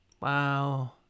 wow